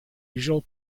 usual